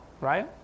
right